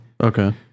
Okay